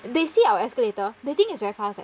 they see our escalator they think it's very fast eh